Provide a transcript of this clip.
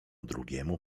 drugiemu